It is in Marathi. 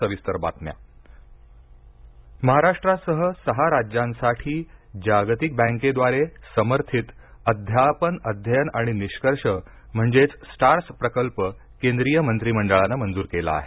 स्टार्स प्रकल्प महाराष्ट्रासह सहा राज्यांसाठी जागतिक बँकेद्वारे समर्थित अध्यापन अध्ययन आणि निष्कर्ष म्हणजेच स्टार्स प्रकल्प केंद्रीय मंत्रीमंडळानं मंजूर केला आहे